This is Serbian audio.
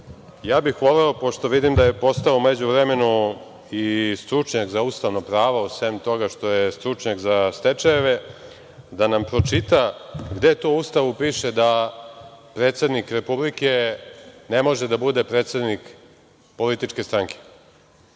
bih, pošto vidim da je postao u međuvremenu i stručnjak za ustavno pravo, sem toga što je stručnjak za stečajeve, da nam pročita gde to u Ustavu piše da predsednik Republike ne može da bude predsednik političke stranke? Gospoda